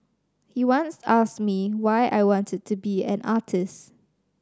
he once asked me why I wanted to be an artist